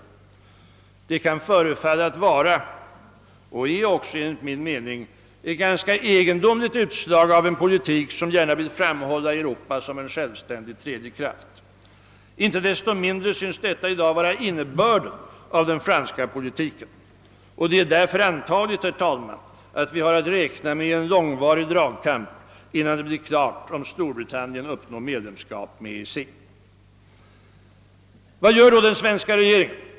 Det kan förefalla vara — och är det också enligt min mening — ett ganska egendomligt utslag av en politik som gärna vill framhålla Europa som en självständig tredje kraft. Inte desto mindre synes detta i dag vara innebörden av den franska politiken. Det är därför antagligt, herr talman, att vi har att räkna med en långvarig dragkamp, innan det blir klart om Storbritannien når medlemskap med EEC. Vad gör då den svenska regeringen?